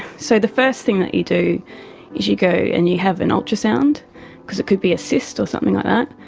so the first thing that you do is you go and you have an ultrasound because it could be a cyst or something like ah that.